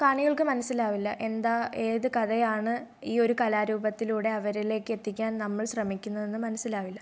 കാണികൾക്ക് മനസ്സിലാവില്ല എന്താ ഏത് കഥയാണ് ഈ ഒരു കലാരൂപത്തിലൂടെ അവരിലേക്ക് എത്തിക്കാൻ നമ്മൾ ശ്രമിക്കുന്നതെന്ന് മനസ്സിലാവില്ല